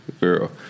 girl